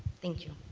thank you.